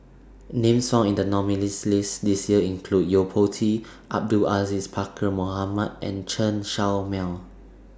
Names found in The nominees' list This Year include Yo Po Tee Abdul Aziz Pakkeer Mohamed and Chen Show Mao